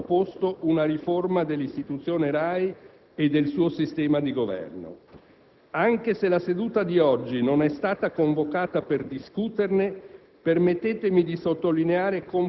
È per questo che il Governo ha proposto una riforma dell'istituzione RAI e del suo sistema di governo. Anche se la seduta di oggi non è stata convocata per discuterne,